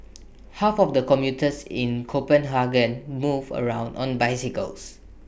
half of the commuters in Copenhagen move around on bicycles